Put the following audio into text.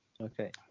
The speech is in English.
Okay